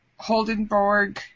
Holdenborg